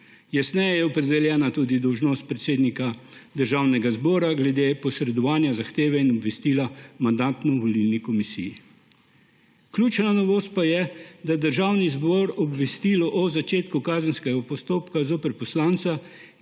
Jasneje je opredeljena tudi dolžnost predsednika Državnega zbora glede posredovanja zahteve in obvestila Mandatno-volilni komisiji. Ključna novost pa je, da je Državni zbor obvestilo o začetku kazenskega postopka zoper poslanca,